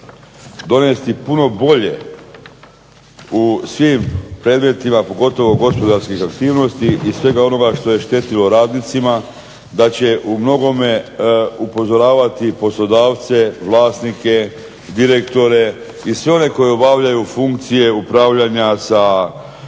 donijeti puno bolje u svim predmetima, pogotovo gospodarskih aktivnosti i svega onoga što je štetilo radnicima, da će umnogome upozoravati poslodavce, vlasnike, direktore i sve one koji obavljaju funkcije upravljanja sa